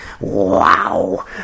Wow